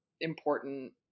important